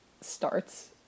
starts